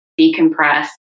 decompress